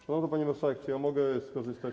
Szanowna pani marszałek, czy mogę skorzystać.